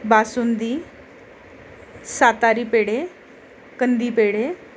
बासुंदी सातारी पेढे कंदी पेढे